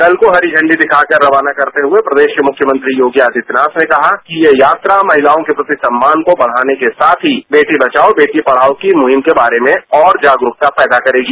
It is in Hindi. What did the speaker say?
दल को हरी झंडी दिखाकर रवाना करते हुए प्रदेश के मुख्यमंत्री योगी आदित्यनाथ ने कहा कि ये यात्रा महिलाओं के प्रति सम्मान को बढ़ाने के साथ ही बेटी बचाओ बेटी पढ़ाओ की मुहिम के बारे में और जागरुकता पैदा करेगी